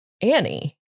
Annie